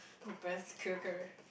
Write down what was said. the best cooker